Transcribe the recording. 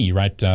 right